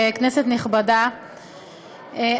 כנסת נכבדה,